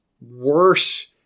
worse